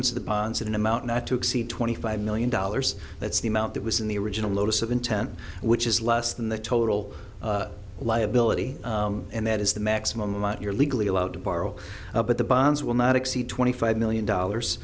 of the bonds with an amount not to exceed twenty five million dollars that's the amount that was in the original notice of intent which is less than the total liability and that is the maximum amount you're legally allowed to borrow but the bonds will not exceed twenty five million dollars